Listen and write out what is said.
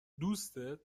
دوستت